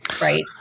right